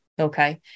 Okay